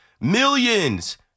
Millions